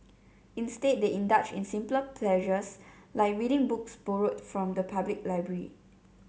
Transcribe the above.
instead they indulge in simple pleasures like reading books borrowed from the public library